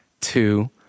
two